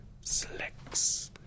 Selects